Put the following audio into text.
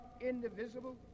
indivisible